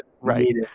right